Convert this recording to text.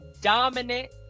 dominant